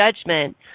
judgment